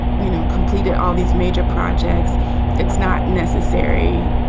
you know, completed all these major projects it's not necessary.